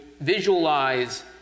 visualize